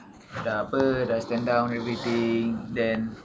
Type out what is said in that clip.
dah apa dah stand down everything then